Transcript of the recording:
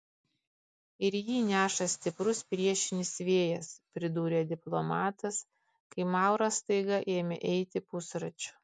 ir jį neša stiprus priešinis vėjas pridūrė diplomatas kai mauras staiga ėmė eiti pusračiu